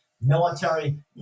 military